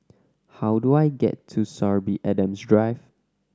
how do I get to Sorby Adams Drive